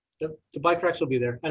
the the bike racks will be there. but